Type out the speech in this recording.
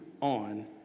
on